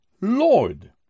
Lord